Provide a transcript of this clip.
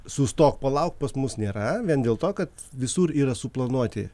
sustok palauk pas mus nėra vien dėl to kad visur yra suplanuoti